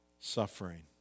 suffering